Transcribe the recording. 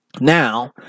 Now